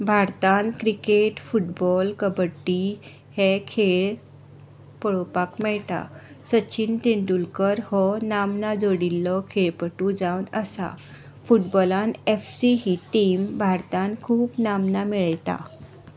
भारतांत cricket football kabaddi हे खेळ पळोवपाक मेळटा सचीन तेंडुलकर हो नामनां जोडिल्लो खेळपटू जावन आसा फुटबॉलान एफ सी ही टीम भारतांत खूब नामनां मेळयता